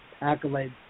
accolades